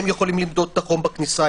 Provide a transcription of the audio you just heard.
הם יכולים למדוד את החום בכניסה,